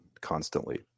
constantly